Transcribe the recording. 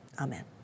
amen